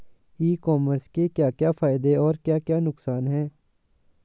ई commerce के क्या क्या फायदे और क्या क्या नुकसान है?